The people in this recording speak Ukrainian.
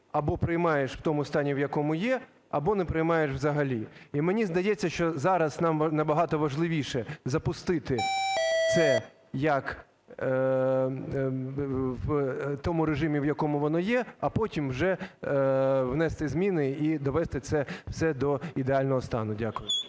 або приймаєш в тому стані, в якому є, або не приймаєш взагалі. І мені здається, що зараз нам набагато важливіше запустити це як… в тому режимі, в якому воно є. А потім вже внести зміни і довести це все до ідеального стану. Дякую.